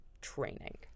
training